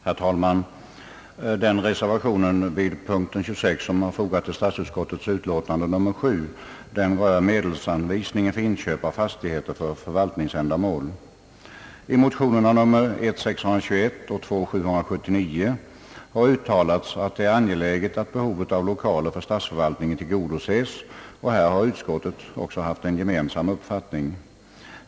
Herr talman! Den reservation som vid punkten 26 har fogats till statsutskottets utlåtande nr 7 rör medelsanvisningen för inköp av fastigheter för förvaltningsändamål, I motionerna I:621 och II: 779 har uttalats att det är angeläget att behovet av lokaler för statsförvaltningen tillgodoses, och här har utskottet också haft en med reservanterna gemensam uppfattning.